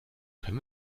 können